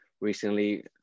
recently